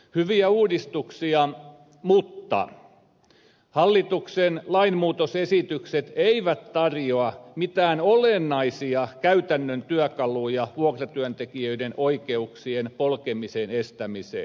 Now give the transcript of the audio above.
hyviä uudistuksia mutta hallituksen lainmuutosesitykset eivät tarjoa mitään olennaisia käytännön työkaluja vuokratyöntekijöiden oikeuksien polkemisen estämiseen